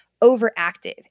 overactive